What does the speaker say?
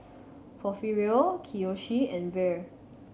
Porfirio Kiyoshi and Vere